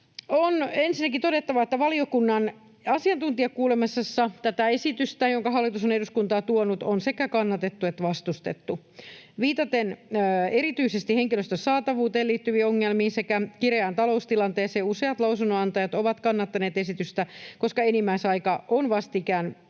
On ensinnäkin todettava, että valiokunnan asiantuntijakuulemisessa tätä esitystä, jonka hallitus on eduskuntaan tuonut, on sekä kannatettu että vastustettu. Viitaten erityisesti henkilöstön saatavuuteen liittyviin ongelmiin sekä kireään taloustilanteeseen useat lausunnon-antajat ovat kannattaneet esitystä, koska enimmäisaika on vastikään tiukentunut